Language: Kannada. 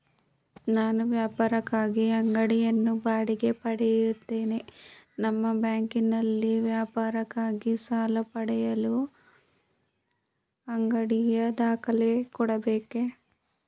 ನಾನು ವ್ಯಾಪಾರಕ್ಕಾಗಿ ಅಂಗಡಿಯನ್ನು ಬಾಡಿಗೆ ಪಡೆದಿರುತ್ತೇನೆ ನಿಮ್ಮ ಬ್ಯಾಂಕಿನಲ್ಲಿ ವ್ಯಾಪಾರಕ್ಕಾಗಿ ಸಾಲ ಪಡೆಯಲು ಅಂಗಡಿಯ ದಾಖಲೆ ಕೊಡಬೇಕೇ?